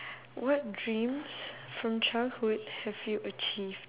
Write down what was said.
what dreams from childhood have you achieved